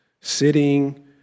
sitting